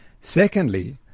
Secondly